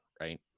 right